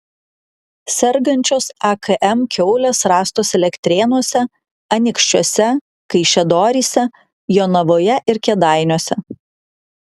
sergančios akm kiaulės rastos elektrėnuose anykščiuose kaišiadoryse jonavoje ir kėdainiuose